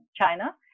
China